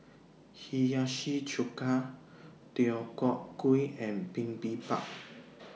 Hiyashi Chuka Deodeok Gui and Bibimbap